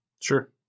Sure